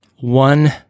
one